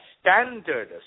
standard